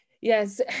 yes